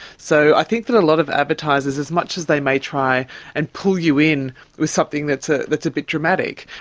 so i think that a lot of advertisers, as much as they may try and pull you in with something that's ah that's a bit dramatic,